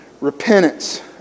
repentance